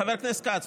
חבר הכנסת כץ,